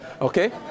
Okay